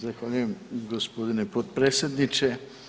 Zahvaljujem gospodine potpredsjedniče.